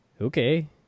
okay